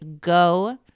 go